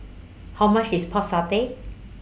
How much IS Pork Satay